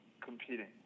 competing